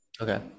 okay